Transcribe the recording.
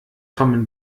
kommen